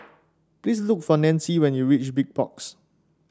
please look for Nancie when you reach Big Box